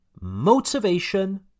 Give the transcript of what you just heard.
Motivation